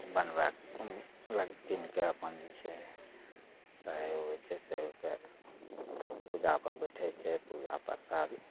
बनबयके उ उ लागी कीनि कए अपन जे छै तऽ एगो छै से ओइके पूजापर बैठय छै पूजा प्रसाद